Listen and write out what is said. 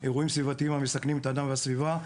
אירועים סביבתיים המסכנים את האדם והסביבה,